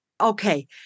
Okay